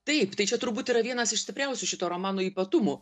taip tai čia turbūt yra vienas iš stipriausių šito romano ypatumų